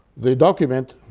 the document,